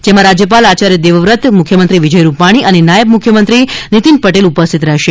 જેમાં રાજયપાલ આચાર્ય દેવવ્રત મુખ્યમંત્રી વિજય રૂપાણી અને નાયબ મુખ્યમંત્રી નીતીન પટેલ ઉપસ્થિત રહેશે